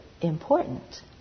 important